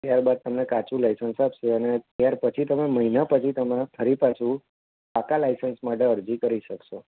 ત્યારબાદ તમને કાચું લાઇસન્સ આપશે અને ત્યારપછી તમે મહિના પછી તમે ફરી પાછું પાકા લાઇસન્સ માટે અરજી કરી શકશો